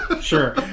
Sure